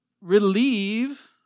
relieve